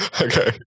Okay